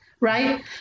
right